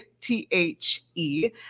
T-H-E